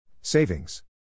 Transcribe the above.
Savings